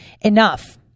Enough